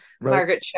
Margaret